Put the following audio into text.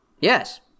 Yes